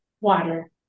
Water